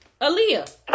Aaliyah